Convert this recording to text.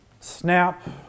SNAP